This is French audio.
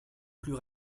plus